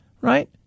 right